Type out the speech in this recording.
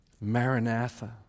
Maranatha